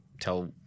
tell